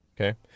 Okay